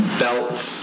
belts